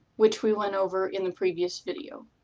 which we went over in the previous video.